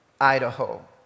Idaho